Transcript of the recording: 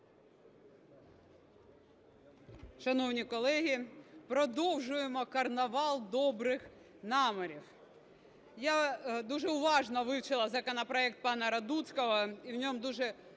Шановні колеги, продовжуємо карнавал добрих намірів. Я дуже уважно вивчила законопроект пана Радуцького, і в ньому дуже